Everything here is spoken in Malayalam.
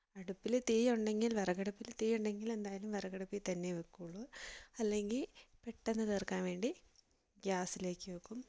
അടുപ്പിൽ തീയുണ്ടെങ്കിൽ വിറകടുപ്പിൽ തീയുണ്ടെങ്കിൽ എന്തായാലും വിറകടുപ്പിൽത്തന്നെയേ വയ്ക്കുള്ളു അല്ലെങ്കിൽ പെട്ടന്ന് തീർക്കാൻ വേണ്ടി ഗ്യാസിലേക്ക് വയ്ക്കും